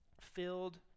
filled